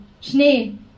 Schnee